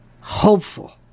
hopeful